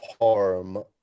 harm